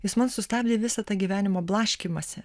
jis man sustabdė visą tą gyvenimo blaškymąsi